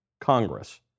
Congress